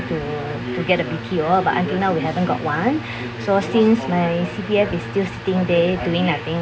to to get the B_T_O but until now we haven't got one so since my C_P_F is still sitting there doing nothing